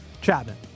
Chapman